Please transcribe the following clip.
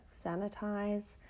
sanitize